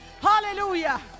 Hallelujah